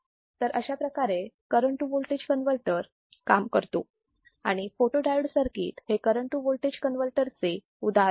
तर अशाप्रकारे current to voltage converter काम करतो आणि फोटोडायोड सर्किट हे करण टू वोल्टेज कन्वर्टर चे उदाहरण आहे